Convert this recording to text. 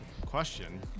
Question